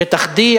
שטח D,